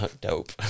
Dope